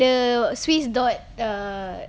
the swiss dot err